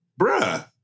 bruh